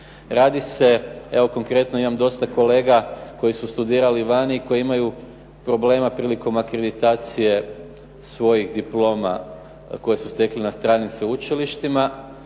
Radi se, evo konkretno imam dosta kolega koji su studirali vani i koji imaju problema prilikom akreditacije svojih diploma koje su stekli na stranim sveučilištima.